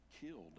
killed